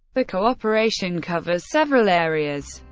the cooperation covers several areas,